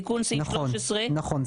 תיקון סעיף 13. נכון,